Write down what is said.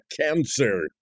cancer